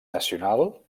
nacional